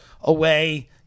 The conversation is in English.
away